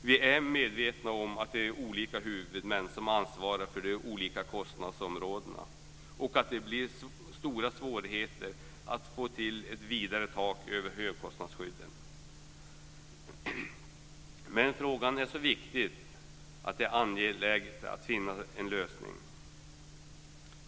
Vi är medvetna om att det är olika huvudmän som ansvarar för de olika kostnadsområdena och att det blir stora svårigheter att få till ett vidare tak över högkostnadsskydden, men frågan är så viktig att det är angeläget att finna en lösning.